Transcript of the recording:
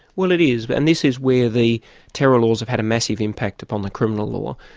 well, it is, but and this is where the terror laws have had a massive impact upon the criminal law.